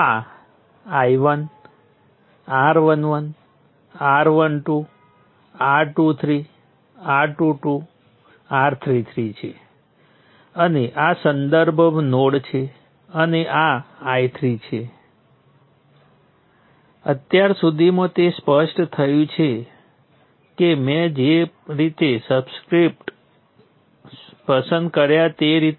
અલબત્ત આપણી પાસે સર્કિટમાં અન્ય ઘટક હોઈ શકે છે જેમ કે સ્વતંત્ર વોલ્ટેજ સ્રોત અને નિયંત્રિત સ્ત્રોતો